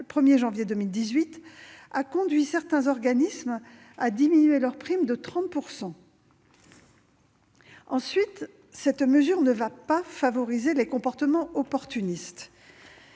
le 1 janvier 2018 a conduit certains organismes à diminuer leurs primes de 30 %. Ensuite, cette mesure ne va pas favoriser les comportements opportunistes.